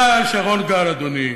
אבל שרון גל, אדוני,